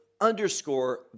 underscore